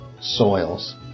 soils